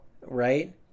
Right